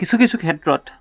কিছু কিছু ক্ষেত্ৰত